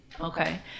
Okay